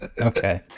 Okay